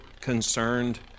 concerned